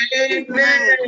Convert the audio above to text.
amen